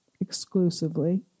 exclusively